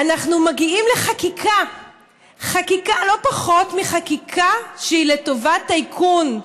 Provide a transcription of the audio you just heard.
אנחנו מגיעים לחקיקה שהיא לא פחות מחקיקה שהיא לטובת טייקון,